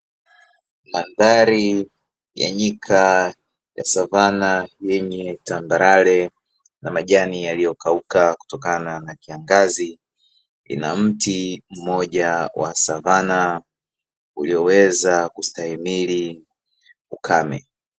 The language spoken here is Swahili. Mandhari ya nyika ya savana yenye tambarare na majani yaliyokauka kutokana na kiangazi, ina mti mmoja wa savana ulioweza kustahimili ukame.